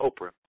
Oprah